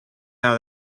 how